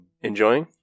Enjoying